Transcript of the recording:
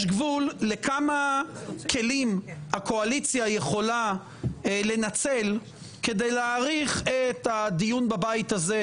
יש גבול כמה כלים הקואליציה יכולה לנצל כדי להאריך את הדיון בבית הזה,